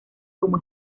como